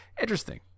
Interesting